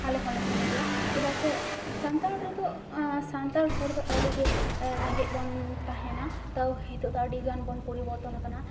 ᱟᱞᱮ ᱦᱚᱸᱞᱮ ᱥᱮᱱᱚᱜ ᱜᱮᱭᱟ ᱪᱮᱫᱟᱜ ᱥᱮ ᱥᱟᱱᱛᱟᱲ ᱨᱮᱫᱚ ᱥᱟᱱᱛᱟᱲ ᱦᱚᱲ ᱫᱚ ᱟᱹᱰᱤᱜᱮ ᱨᱮᱸᱜᱮᱡᱽ ᱵᱚᱱ ᱛᱟᱦᱮᱱᱟ ᱛᱟᱣ ᱦᱤᱛᱚᱜ ᱫᱚ ᱟᱹᱰᱤᱜᱟᱱ ᱵᱚᱱ ᱯᱚᱨᱤᱵᱚᱨᱛᱚᱱ ᱟᱠᱟᱱᱟ